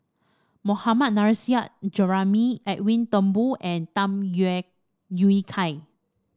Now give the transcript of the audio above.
Mohammad Nurrasyid Juraimi Edwin Thumboo and Tham Yui Kai